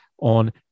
on